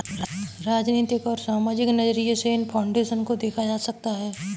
राजनीतिक और सामाजिक नज़रिये से इन फाउन्डेशन को देखा जा सकता है